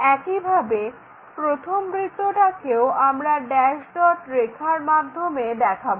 একইভাবে প্রথম বৃত্তটাকেও আমরা ড্যাস্ ডট রেখার মাধ্যমে দেখাবো